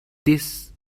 this